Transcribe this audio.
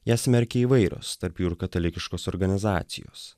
ją smerkė įvairios tarp jų ir katalikiškos organizacijos